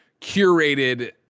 curated